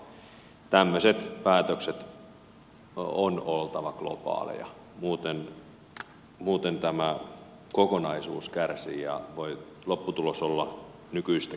tämmöisten päätöksien on oltava globaaleja muuten tämä kokonaisuus kärsii ja lopputulos voi olla nykyistä